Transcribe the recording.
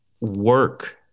work